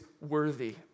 worthy